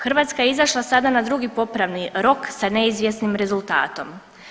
Hrvatska je izašla sada na drugi popravni rok sa neizvjesnim rezultatom.